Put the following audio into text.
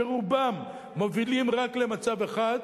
שרובם מובילים רק למצב אחד: